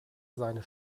seine